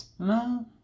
No